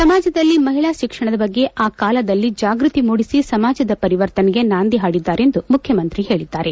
ಸಮಾಜದಲ್ಲಿ ಮಹಿಳಾ ಶಿಕ್ಷಣದ ಬಗ್ಗೆ ಆ ಕಾಲದಲ್ಲೇ ಜಾಗೃತಿ ಮೂಡಿಸಿ ಸಮಾಜದ ಪರಿವರ್ತನೆಗೆ ನಾಂದಿ ಹಾಡಿದ್ದಾರೆ ಎಂದು ಮುಖ್ಯಮಂತ್ರಿ ಹೇಳಿದ್ದಾರೆ